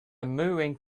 mewing